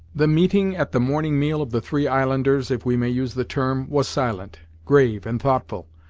the meeting at the morning meal of the three islanders, if we may use the term, was silent, grave and thoughtful.